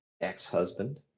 ex-husband